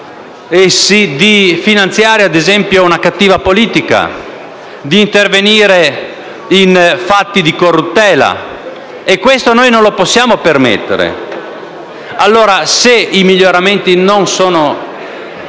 di finanziare - ad esempio - la cattiva politica, di intervenire in fatti di corruttela e questo noi non lo possiamo permettere. Se allora i miglioramenti non sono